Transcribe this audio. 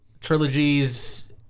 trilogies